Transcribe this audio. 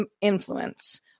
influence